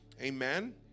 Amen